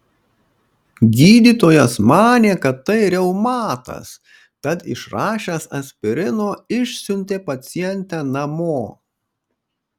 gydytojas manė kad tai reumatas tad išrašęs aspirino išsiuntė pacientę namo